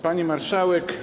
Pani Marszałek!